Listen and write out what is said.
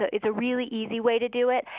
ah it's a really easy way to do it.